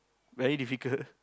very difficult